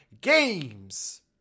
Games